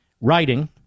writing